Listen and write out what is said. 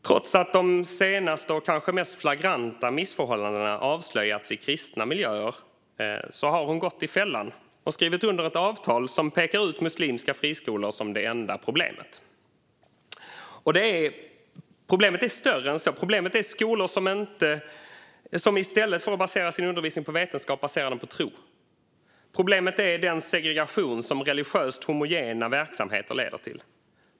Trots att de senaste och kanske mest flagranta missförhållandena avslöjats i kristna miljöer har hon gått i fällan och skrivit under ett avtal som pekar ut muslimska friskolor som det enda problemet. Problemet är större än så. Problemet är skolor som i stället för att basera sin undervisning på vetenskap baserar den på tro. Problemet är den segregation som religiöst homogena verksamheter leder till.